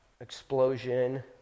explosion